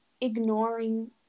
ignoring